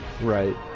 Right